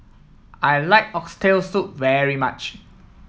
I like Oxtail Soup very much